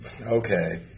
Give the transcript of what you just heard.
Okay